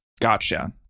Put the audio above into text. Gotcha